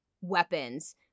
weapons